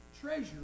Treasure